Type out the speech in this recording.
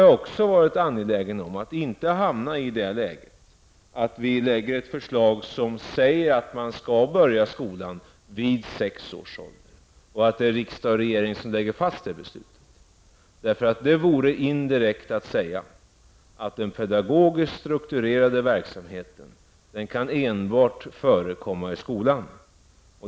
Jag har också varit angelägen om att inte hamna i det läget att vi lägger fram ett förslag där det sägs att man skall börja skolan vid sex års ålder och att riksdag och regering sedan fastställer det beslutet. Det vore indirekt att säga att den pedagogiskt strukturerade verksamheten enbart kan förekomma i skolan.